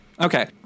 Okay